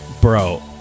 Bro